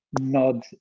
Nod